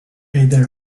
either